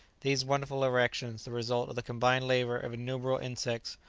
these wonderful erections, the result of the combined labour of innumerable insects,